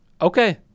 okay